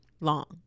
long